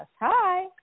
Hi